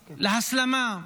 להסלמה,